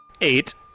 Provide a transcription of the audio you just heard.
Eight